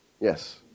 Yes